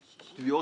שהוגשו.